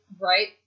Right